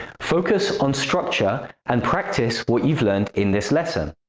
focus on structure and practise what you've learned in this lesson.